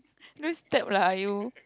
no step lah you